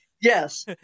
Yes